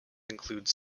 include